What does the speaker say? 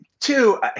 Two